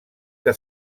que